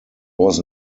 was